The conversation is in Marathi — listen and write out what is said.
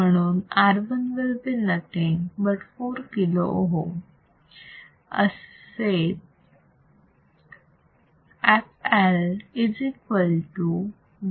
म्हणून R1 will be nothing but 4 kilo ohms